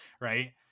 right